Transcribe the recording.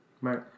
Right